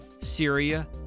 Syria